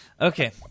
Okay